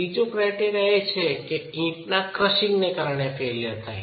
ત્રીજો ક્રાઈટેરિયા એ છે કે ઈંટ ના ક્રશિંગની કારણે ફેઇલ્યર થાય છે